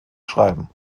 schreiben